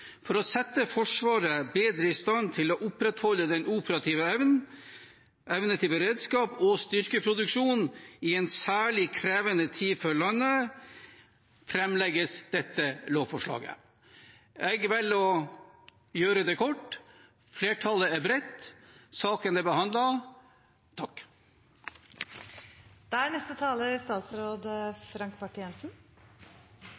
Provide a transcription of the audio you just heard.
For å sette Forsvaret bedre i stand til å opprettholde den operative evnen, evnen til beredskap og styrkeproduksjon i en særlig krevende tid for landet framlegges dette lovforslaget. Jeg velger å gjøre det kort. Flertallet er bredt. Saken er behandlet. Det er